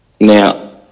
Now